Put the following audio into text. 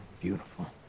beautiful